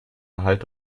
erhalt